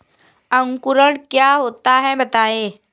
अंकुरण क्या होता है बताएँ?